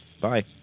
Bye